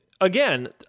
again